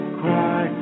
cry